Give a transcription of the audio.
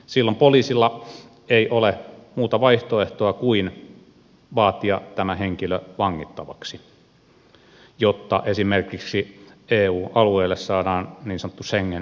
silloin poliisilla ei ole muuta vaihtoehtoa kuin vaatia tämä henkilö vangittavaksi jotta esimerkiksi eu alueelle saadaan niin sanottu schengen etsintäkuulutus